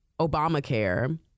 Obamacare